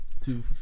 two